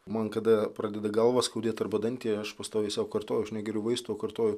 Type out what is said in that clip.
man kada pradeda galvą skaudėt arba dantį aš pastoviai sau kartoju aš negeriu vaistų o kartoju